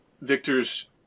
Victor's